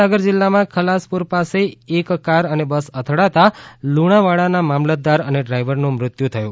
મહિસાગર જિલ્લામાં ખલાસપુર પાસે એક કાર અને બસ અથડાતાં લુણાવાડાનાં મામલદાર અને ડ્રાઈવરનું મૃત્યુ થયું